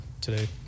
today